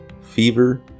fever